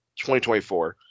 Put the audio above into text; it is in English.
2024